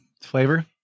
Flavor